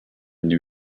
new